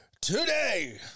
Today